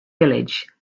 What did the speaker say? village